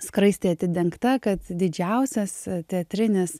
skraistė atidengta kad didžiausias teatrinis